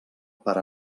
per